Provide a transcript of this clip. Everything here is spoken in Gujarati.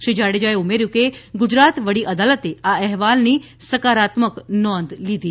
શ્રી જાડેજાએ ઉમેર્યું કે ગુજરાત વડી અદાલતે આ અહેવાલની સકારાત્મક નોંધ લીધી છે